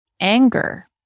anger